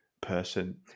person